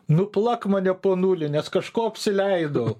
nuplak mane ponuli nes kažko apsileidau